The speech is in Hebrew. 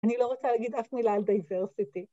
‫אני לא רוצה להגיד אף מילה על דייברסיטי.